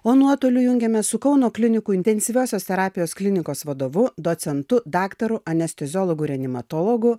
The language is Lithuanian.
o nuotoliu jungiame su kauno klinikų intensyviosios terapijos klinikos vadovu docentu daktaru anesteziologu reanimatologu